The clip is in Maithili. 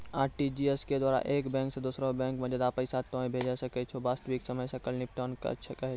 आर.टी.जी.एस के द्वारा एक बैंक से दोसरा बैंको मे ज्यादा पैसा तोय भेजै सकै छौ वास्तविक समय सकल निपटान कहै छै?